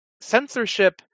censorship